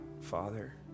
Father